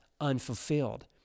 unfulfilled